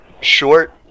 short